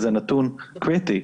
וזה נתון קריטי,